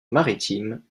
maritime